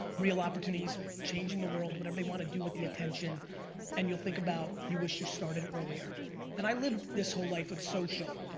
real opportunities, changing the world whatever they want to do with the attention and you'll think about you wish you started earlier and i lived this whole life with social,